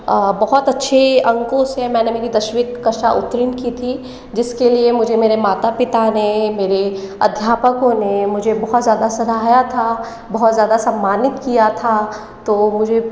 बहुत अच्छे अंकों से मैंने मेरी दसवीं कक्षा अंतरिम की थी जिसके लिए मुझे मेरे माता पिता ने मेरे अध्यापकों ने मुझे बहुत ज़्यादा सराहया था बहुत ज़्यादा सम्मानित किया था तो मुझे